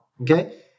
okay